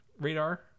radar